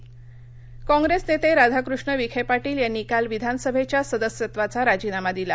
राजिनामा कॉप्रेस नेते राधाकृष्ण विखे पाटील यांनी काल विधानसभेच्या सदस्यत्वाचा राजीनामा दिला